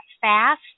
fast